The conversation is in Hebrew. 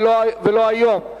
ולא היום,